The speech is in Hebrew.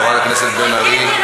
חברת הכנסת בן ארי.